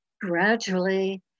gradually